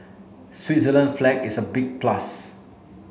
Switzerland's flag is a big plus